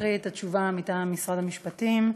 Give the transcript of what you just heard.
אקריא את התשובה מטעם משרד המשפטים: